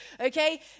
Okay